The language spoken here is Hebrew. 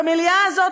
במליאה הזאת,